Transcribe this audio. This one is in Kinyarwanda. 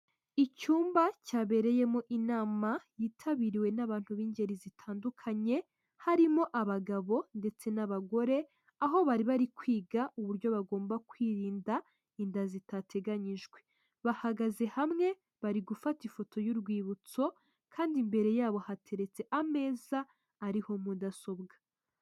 Icyumba cyabereyemo inama yitabiriwe n'abantu b'ingeri zitandukanye, harimo abagabo ndetse n'abagore, aho bari bari kwiga uburyo bagomba kwirinda inda zitateganyijwe. Bahagaze hamwe bari gufata ifoto y'urwibutso kandi imbere yabo hateretse ameza ariho mudasobwa .